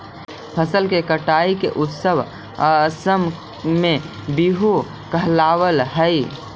फसल के कटाई के उत्सव असम में बीहू कहलावऽ हइ